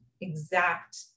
exact